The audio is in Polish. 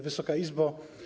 Wysoka Izbo!